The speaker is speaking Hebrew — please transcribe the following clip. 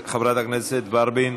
חברת הכנסת ורבין,